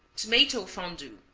tomato fondue